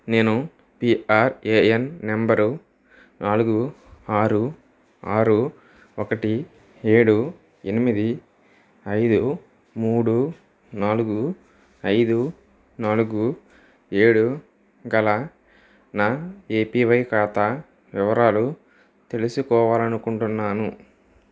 నేను PRAN number నాలుగు ఆరు ఆరు ఒకటి ఏడు ఎనిమిది ఐదు మూడు నాలుగు ఐదు నాలుగు ఏడు గల నా ఏపివై ఖాతా వివరాలు తెలుసుకోవాలనుకుంటున్నాను